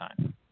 time